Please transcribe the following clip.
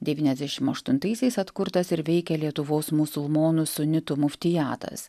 devyniasdešimt aštuntaisiais atkurtas ir veikė lietuvos musulmonų sunitų muftijatas